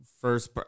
first